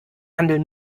handeln